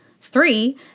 Three